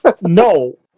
No